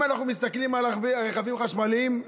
אם אנחנו מסתכלים על רכבים חשמליים,